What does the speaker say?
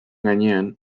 gainean